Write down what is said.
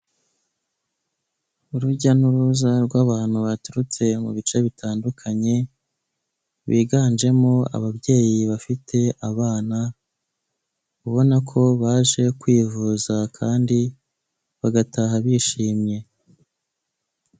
Urujya n'uruza rw'abantu baturutse mu bice bitandukanye biganjemo ababyeyi bafite abana ubona ko baje kwivuza kandi bagataha bishimye.